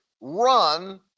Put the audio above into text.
Run